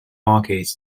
arcades